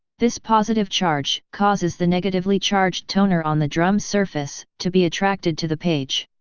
this positive charge causes the negatively charged toner on the drum surface to be attracted to the page,